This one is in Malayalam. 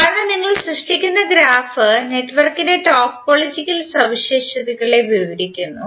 കാരണം നിങ്ങൾ സൃഷ്ടിക്കുന്ന ഗ്രാഫ് നെറ്റ്വർക്കിന്റെ ടോപ്പോളജിക്കൽ സവിശേഷതകളെ വിവരിക്കുന്നു